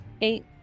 Eight